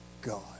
God